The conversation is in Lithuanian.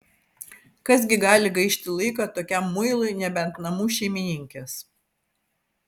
kas gi gali gaišti laiką tokiam muilui nebent namų šeimininkės